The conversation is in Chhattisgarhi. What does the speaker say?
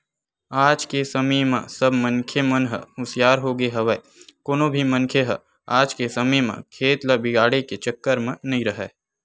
आज के समे म सब मनखे मन ह हुसियार होगे हवय कोनो भी मनखे ह आज के समे म खेत ल बिगाड़े के चक्कर म नइ राहय